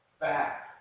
back